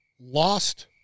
lost